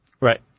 Right